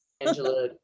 Angela